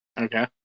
Okay